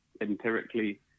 empirically